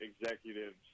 executives